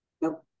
nope